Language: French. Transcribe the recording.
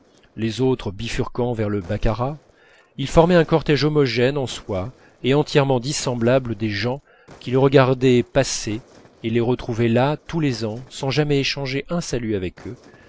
les autres bifurquant vers le baccarat ils formaient un cortège homogène en soi et entièrement dissemblable des gens qui les regardaient passer et les retrouvaient là tous les ans sans jamais échanger un salut avec eux